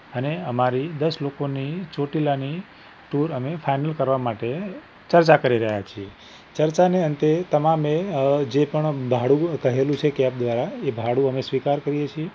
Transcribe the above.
અને અમારી દસ લોકોની ચોટીલાની ટૂર અમે ફાઇનલ કરવા માટે ચર્ચા કરી રહ્યા છીએ ચર્ચાને અંતે તમામે જે પણ ભાડું કહેલું છે કૅબ દ્વારા એ ભાડું અમે સ્વીકાર કરીએ છીએ